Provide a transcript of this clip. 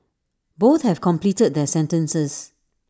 both have completed their sentences